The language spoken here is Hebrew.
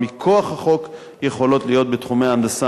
מכוח החוק יכולות להיות בתחומי ההנדסה,